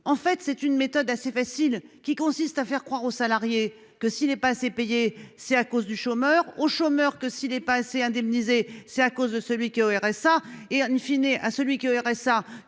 En fait, c'est une méthode assez facile, qui consiste à faire croire au salarié que, s'il n'est pas assez payé, c'est à cause du chômeur ; au chômeur que, s'il n'est pas assez indemnisé, c'est à cause de celui qui est au RSA ; et à ce dernier que,